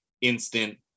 instant